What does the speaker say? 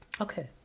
Okay